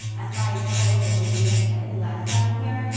that's why totals will be significantly less down here.